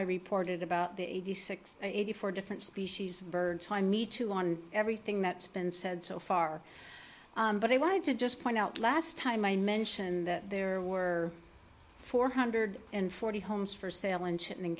i reported about the eighty six eighty four different species of birds fly me to on everything that's been said so far but i wanted to just point out last time i mentioned that there were four hundred and forty homes for sale and shit